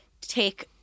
take